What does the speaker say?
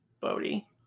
Bodhi